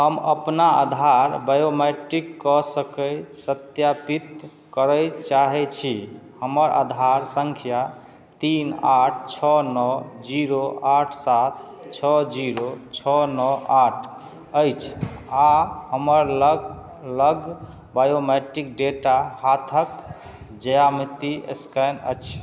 हम अपना आधार बायोमेट्रिक कऽ सकै सत्यापित करै चाहैत छी हमर आधार सङ्ख्या तीन आठ छओ नओ जीरो आठ सात छओ जीरो छओ नओ आठ अछि आ हमर लग बायोमेट्रिक डेटा हाथक ज्यामिति स्कैन अछि